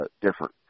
different